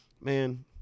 man